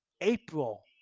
April